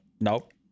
nope